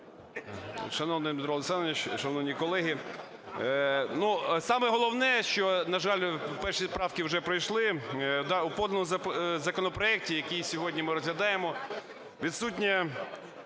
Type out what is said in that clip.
Шановний Дмитро Олександрович, шановні колеги, саме головне, що, на жаль, перші правки вже пройшли. В поданому законопроекті, який сьогодні ми розглядаємо, відсутнє